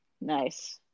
Nice